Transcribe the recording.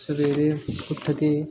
ਸਵੇਰੇ ਉੱਠ ਕੇ